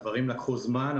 הדברים לקחו זמן,